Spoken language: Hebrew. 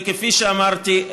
וכפי שאמרתי,